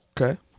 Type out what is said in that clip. okay